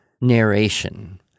narration